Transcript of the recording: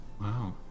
Wow